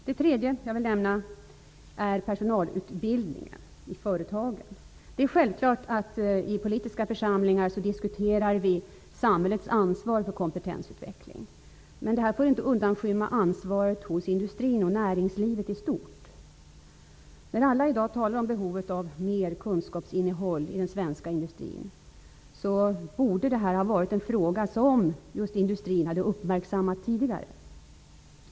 Det tredje område jag vill nämna gäller personalutbildningen i företagen. Det är självklart att vi diskuterar samhällets ansvar för kompetensutveckling i politiska församlingar. Det får inte undanskymma ansvaret hos industrin och näringslivet i stort. Alla talar i dag om behovet av mer kunskapsinnehåll i den svenska industrin. Just industrin borde ha uppmärksammat frågan tidigare.